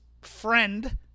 friend